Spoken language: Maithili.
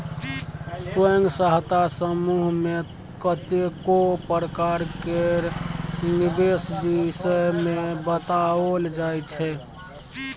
स्वयं सहायता समूह मे कतेको प्रकार केर निबेश विषय मे बताओल जाइ छै